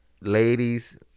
ladies